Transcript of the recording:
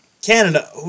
Canada